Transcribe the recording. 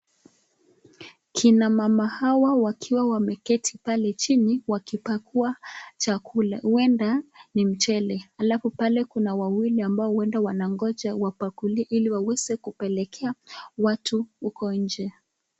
Kina mama hawa wakiwa wameketi pale chini, wakipakua, chakula, uenda, ni mchele, alafu pale kuna wawili ambao uenda wanangoja wapakuliwe ili waweze kupelekea, watu huko nje.